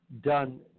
done